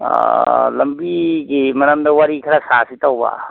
ꯂꯝꯕꯤꯒꯤ ꯃꯔꯝꯗ ꯋꯥꯔꯤ ꯈꯔ ꯁꯥꯁꯤ ꯇꯧꯕ